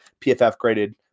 PFF-graded